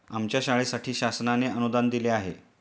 आमच्या शाळेसाठी शासनाने अनुदान दिले आहे